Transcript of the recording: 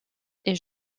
est